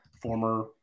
Former